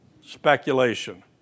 Speculation